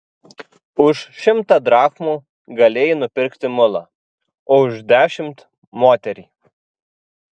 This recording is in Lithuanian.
už šimtą drachmų galėjai nupirkti mulą o už dešimt moterį